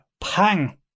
pang